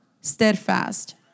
steadfast